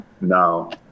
No